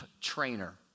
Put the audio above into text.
trainer